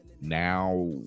now